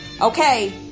okay